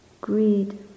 greed